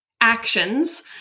actions